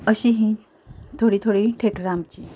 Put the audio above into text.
अशीं हीं थोडीं थोडीं थेटरां आमचीं